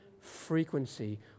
frequency